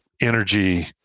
energy